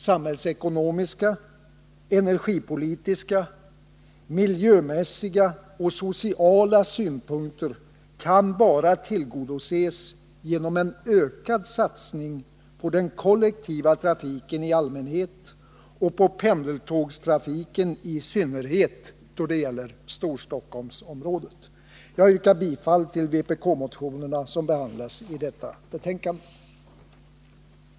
Samhällsekonomiska, energipolitiska, miljömässiga och sociala synpunkter kan bara tillgodoses genom en ökad satsning på den kollektiva trafiken i allmänhet och på pendeltågstrafiken i synnerhet då det gäller Storstockholmsområdet. Jag yrkar bifall till de vpk-motioner som behandlas i trafikutskottets betänkande nr 10.